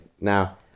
Now